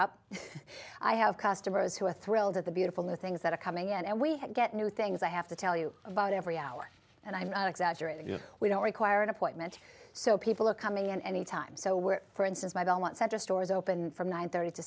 up i have customers who are thrilled at the beautiful new things that are coming and we have get new things i have to tell you about every hour and i'm not exaggerating here we don't require an appointment so people are coming in any time so we're for instance i don't want center stores open from nine thirty to